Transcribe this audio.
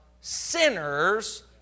sinners